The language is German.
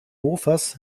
mofas